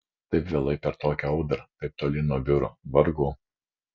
taip vėlai per tokią audrą taip toli nuo biuro vargu